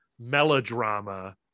melodrama